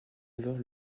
alors